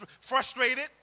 frustrated